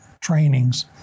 trainings